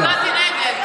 אני הצבעתי נגד.